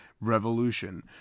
Revolution